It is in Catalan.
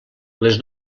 les